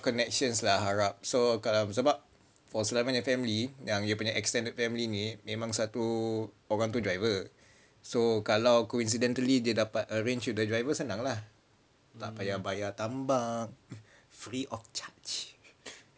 connections lah kalau sebab kalau sulaimannya family yang dia punya extended family ni memang satu orang tu driver so kalau coincidentally dia dapat arrange with the driver senang lah tak payah bayar tambang free of charge